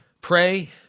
pray